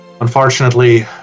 Unfortunately